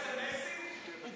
משרד הבריאות שולח סמ"סים?